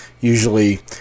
Usually